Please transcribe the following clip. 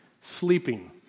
sleeping